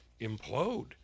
implode